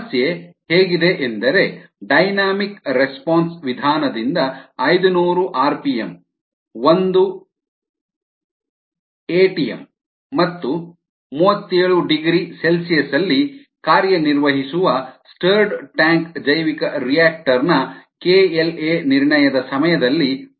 ಸಮಸ್ಯೆ ಹೇಗಿದೆ ಎಂದರೆ ಡೈನಾಮಿಕ್ ರೆಸ್ಪಾನ್ಸ್ ವಿಧಾನದಿಂದ ಐದನೂರು ಆರ್ಪಿಎಂ ಒಂದು ಎಟಿಎಂ ಮತ್ತು 37 ಡಿಗ್ರಿ ಸಿ ಯಲ್ಲಿ ಕಾರ್ಯನಿರ್ವಹಿಸುವ ಸ್ಟರ್ಡ್ ಟ್ಯಾಂಕ್ ಜೈವಿಕರಿಯಾಕ್ಟರ್ Bioreactor ನ kLa ನಿರ್ಣಯದ ಸಮಯದಲ್ಲಿ ಪಡೆಯಲಾಗಿದೆ